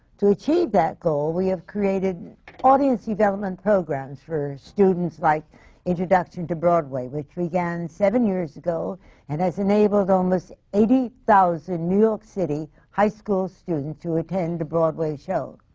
to achieve that goal, we have created audience development programs for students, like introduction to broadway, which began seven years ago and has enabled almost eighty thousand new york city high school students to attend a broadway show,